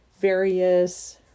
various